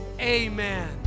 amen